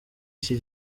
iki